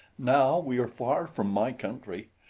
now we are far from my country.